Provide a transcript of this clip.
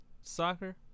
soccer